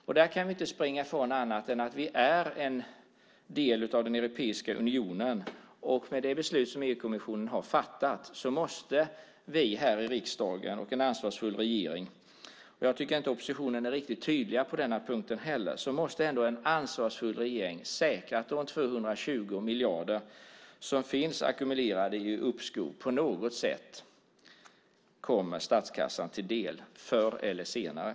Men jag kan inte konstatera annat än att vi är en del av Europeiska unionen, och med de beslut som EU-kommissionen har fattat måste vi här i riksdagen och en ansvarsfull regering säkra att de 220 miljarder som finns ackumulerade i uppskov på något sätt kommer statskassan till del förr eller senare.